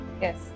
Yes